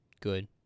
good